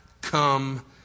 come